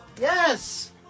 Yes